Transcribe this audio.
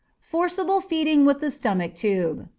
forcible feeding with the stomach-tube.